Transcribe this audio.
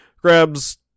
grabs